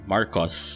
Marcos